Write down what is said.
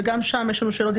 וגם שם יש לנו שאלות,